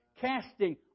Casting